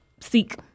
seek